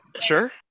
sure